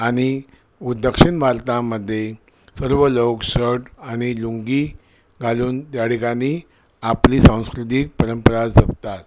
आणि उ दक्षिण भारतामध्ये सर्व लोक शर्ट आणि लुंगी घालून त्या ठिकाणी आपली सांस्कृतिक परंपरा जपतात